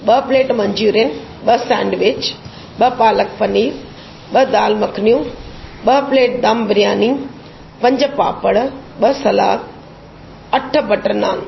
ॿ plate manchurian ॿ sandwich ॿ पालक पनीर ॿ दाल मखनियूं ॿ प्लेट दम बिरयानी पंज पापड़ ॿ सलाद अठ बटर नान